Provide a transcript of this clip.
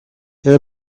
there